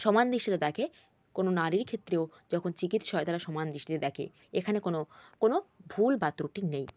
সমান দৃৃষ্টিতে দেখে কোনো নারীর ক্ষেত্রেও যখন চিকিৎসা হয় তারা সমান দৃষ্টিতে দেকে এখানে কোনো কোনো ভুল বা ত্রুটি নেই